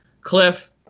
Cliff